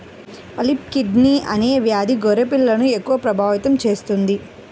pulpy kidney అనే వ్యాధి గొర్రె పిల్లలను ఎక్కువగా ప్రభావితం చేస్తుంది